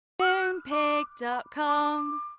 MoonPig.com